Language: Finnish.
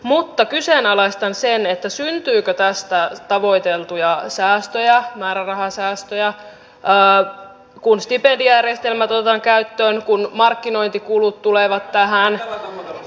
mutta kyseenalaistan sen syntyykö tästä tavoiteltuja määrärahasäästöjä kun stipendijärjestelmät otetaan käyttöön kun markkinointikulut tulevat tähän